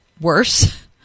worse